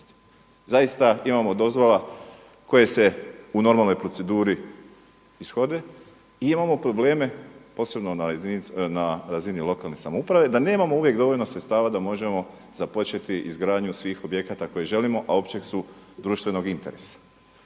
Zaista imamo dozvola koje se u normalnoj proceduri ishode, imamo probleme na razini lokalne samouprave da nemamo uvijek dovoljno sredstava da možemo započeti izgradnju svih objekata koje želimo, a općeg su društvenog interesa.